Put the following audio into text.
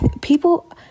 people